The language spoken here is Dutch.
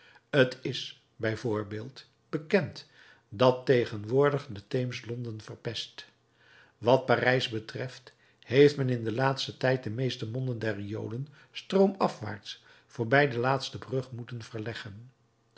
t is bij voorbeeld bekend dat tegenwoordig de theems londen verpest wat parijs betreft heeft men in den laatsten tijd de meeste monden der riolen stroom afwaarts voorbij de laatste brug moeten verleggen